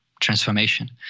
transformation